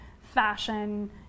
fashion